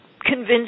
convince